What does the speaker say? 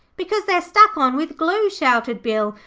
because they're stuck on with glue shouted bill.